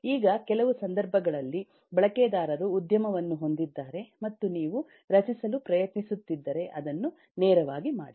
ಈಗ ಕೆಲವು ಸಂದರ್ಭಗಳಲ್ಲಿ ಬಳಕೆದಾರರು ಉದ್ಯಮವನ್ನು ಹೊಂದಿದ್ದರೆ ಮತ್ತು ನೀವು ರಚಿಸಲು ಪ್ರಯತ್ನಿಸುತ್ತಿದ್ದರೆ ಅದನ್ನು ನೇರವಾಗಿ ಮಾಡಿ